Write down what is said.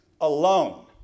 alone